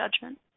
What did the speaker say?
judgment